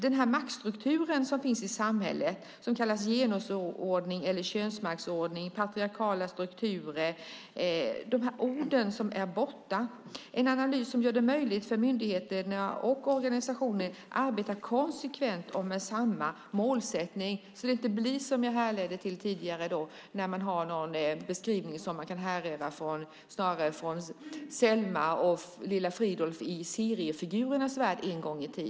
Den här maktstrukturen som finns i samhället och som kallas genusordning, könsmaktsordning eller patriarkala strukturer - orden för denna är borta. Det behövs en analys som gör det möjligt för myndigheter och organisationer att arbeta konsekvent och med samma målsättning, så att det inte blir som tidigare, där man hade beskrivningar som snarare kunde härledas till Selma och Lilla Fridolf i seriernas värld.